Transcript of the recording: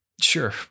Sure